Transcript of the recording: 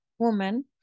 woman